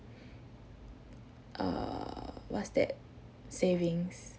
err what's that savings